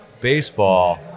baseball